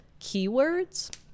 keywords